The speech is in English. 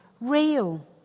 real